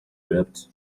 wept